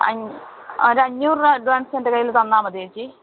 അഞ ഒരു അഞ്ഞൂറ് രൂപ അഡ്വാൻസ് എൻ്റെ കയ്യിൽ തന്നാൽമതി ചേച്ചി